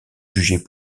jugées